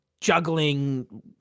juggling